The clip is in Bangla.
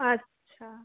আচ্ছা